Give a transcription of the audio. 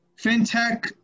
FinTech